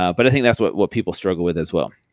ah but i think that's what what people struggle with as well.